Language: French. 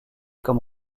comme